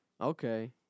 Okay